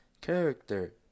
character